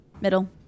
middle